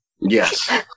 Yes